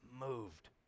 moved